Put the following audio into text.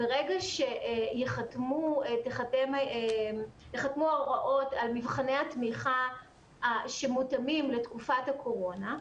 ברגע שייחתמו ההוראות על מבחני התמיכה שמותאמים לתקופת הקורונה,